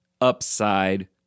upside